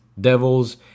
devils